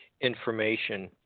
information